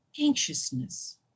anxiousness